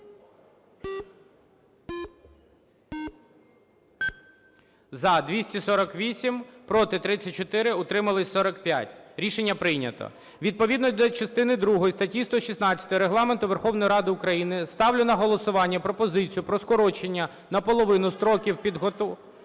За-248 Проти – 34, утримались – 45. Рішення прийнято. Відповідно до частини другої статті 116 Регламенту Верховної Ради України ставлю на голосування пропозицію про скорочення наполовину строків підготовки